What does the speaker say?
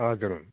हजुर